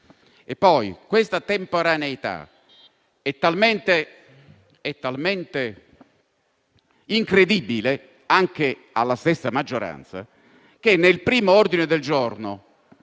Poi questa temporaneità è talmente incredibile, anche alla stessa maggioranza, che nel primo ordine del giorno,